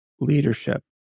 leadership